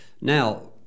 Now